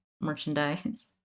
merchandise